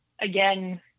again